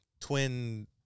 twin